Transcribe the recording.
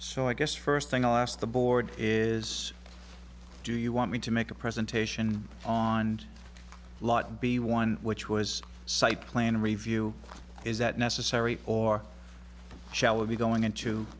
so i guess first thing i'll ask the board is do you want me to make a presentation on lot b one which was site plan review is that necessary or shall it be going to